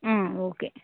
okay